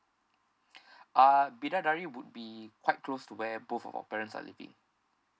uh bidadari would be quite close to where both of our parents are living